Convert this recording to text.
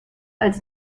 als